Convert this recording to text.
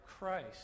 Christ